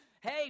Hey